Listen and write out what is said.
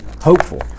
hopeful